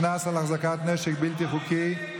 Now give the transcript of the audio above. קנס על החזקת נשק בלתי חוקי),